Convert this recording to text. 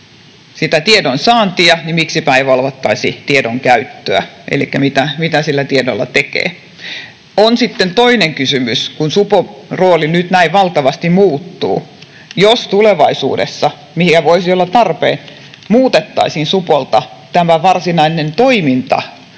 sitä tiedon saantia, miksipä ei valvottaisi tiedon käyttöä elikkä mitä sillä tiedolla tekee. On sitten toinen kysymys, että kun supon rooli nyt näin valtavasti muuttuu, jos tulevaisuudessa — mikä voisi olla tarpeen — muutettaisiin supolta tämä varsinainen toimintaosuus